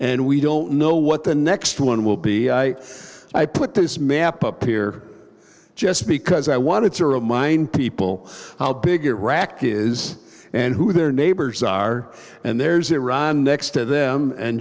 and we don't know what the next one will be i put this map up here just because i wanted to remind people how big a rock is and who their neighbors are and there's iran next to them and